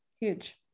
Huge